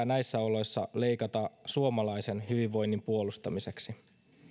näissä oloissa leikata suomalaisen hyvinvoinnin puolustamiseksi